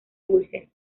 dulces